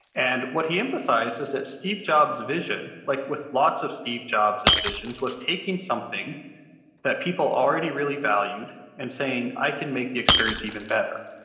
and what he emphasized is that steve jobs' vision, like with lots of steve jobs' visions, was taking something that people already really valued and saying, i can make the experience even better.